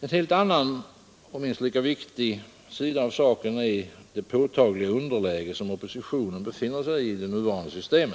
En helt annan och mycket viktig sida av saken är det påtagliga underläge som oppositionen befinner sig i genom nuvarande system.